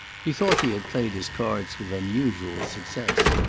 he thought he had played his cards with unusual success.